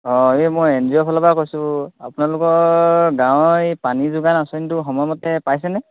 অঁ এই মই এন জি অ'ফালৰপৰা কৈছোঁ আপোনালোকৰ গাঁৱৰ এই পানী যোগান আঁচনিতো সময়মতে পাইছেনে